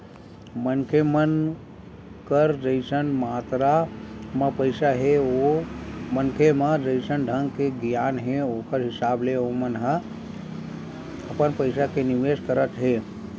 मनखे मन कर जइसन मातरा म पइसा हे ओ मनखे म जइसन ढंग के गियान हे ओखर हिसाब ले ओमन ह अपन पइसा के निवेस करत हे